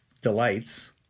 delights